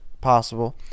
possible